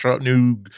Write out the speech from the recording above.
new